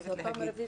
ברשותך.